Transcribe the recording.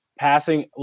passing